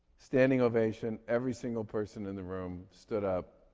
standing ovation, every single person in the room stood up,